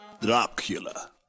Dracula